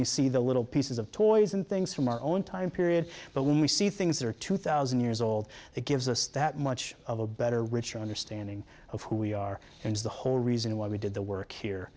we see the little pieces of toys and things from our own time period but when we see things that are two thousand years old that gives us that much of a better richer understanding of who we are and the whole reason why we did the work here